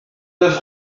neuf